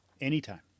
anytime